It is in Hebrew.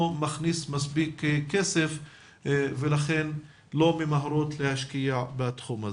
מכניס מספיק כסף ולכן לא ממהרות להשקיע בתחום הזה.